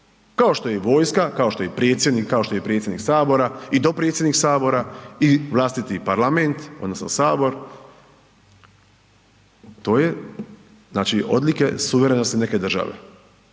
kao što je i vojska, kao što je predsjednik, kao što je i predsjednik Sabora i dopredsjednik Sabora i vlastiti Parlament odnosno Sabor, to su odlike suverene neke države